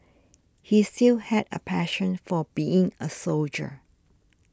he still had a passion for being a soldier